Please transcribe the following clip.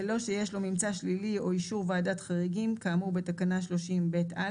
בלא שיש לו ממצא שלילי או אישור ועדת חריגים כאמור בתקנה 30ב(א),